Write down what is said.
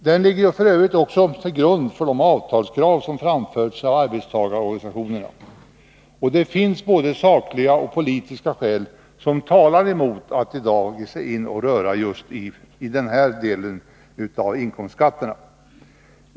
Den ligger f. ö. också till grund för de avtalskrav som framförts av arbetstagarorganisationerna. Det finns både sakliga och politiska skäl som talar emot att i dag ge sig in och röra i just den här delen av inkomstskatterna.